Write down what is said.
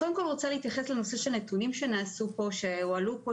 קודם כול אני רוצה להתייחס לנתונים שהועלו פה,